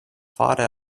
fari